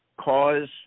cause